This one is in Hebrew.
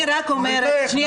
נלך,